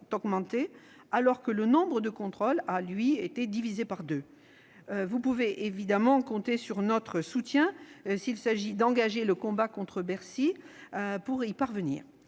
alors que le nombre de contrôles, lui, a été divisé par deux. Vous pouvez évidemment compter sur notre soutien s'il s'agit d'engager le combat contre Bercy pour atteindre